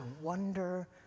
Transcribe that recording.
wonder